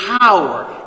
power